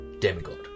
demigod